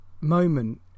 moment